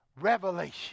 revelation